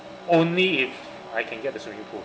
only if I can get the swimming pool